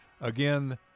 again